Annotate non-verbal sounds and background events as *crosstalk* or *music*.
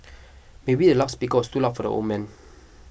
maybe the loud speaker was too loud for the old man *noise*